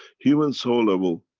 human soul level,